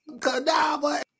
cadaver